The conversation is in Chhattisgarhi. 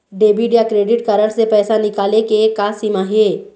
डेबिट या क्रेडिट कारड से पैसा निकाले के का सीमा हे?